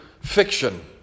fiction